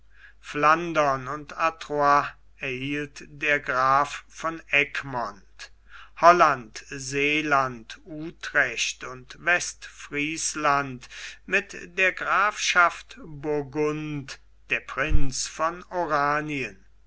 flandern und artois erhielt der graf von egmont holland seeland utrecht und westfriesland mit der grafschaft burgund der prinz von oranien